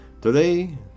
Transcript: Today